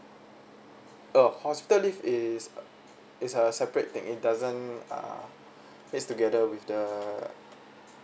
oh hospital leave is it's a separate thing it doesn't uh it's together with the